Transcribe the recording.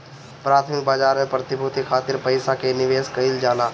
प्राथमिक बाजार में प्रतिभूति खातिर पईसा के निवेश कईल जाला